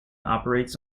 operates